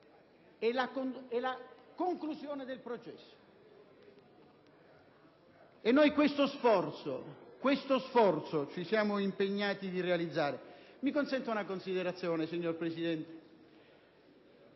e la conclusione del processo. Questo sforzo ci siamo impegnati a realizzare. Mi consenta una considerazione, signora Presidente.